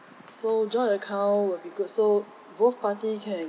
so joint account will be good so both party can